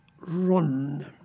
run